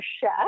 chef